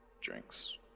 drinks